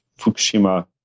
Fukushima